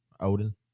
Odin